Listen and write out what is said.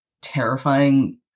terrifying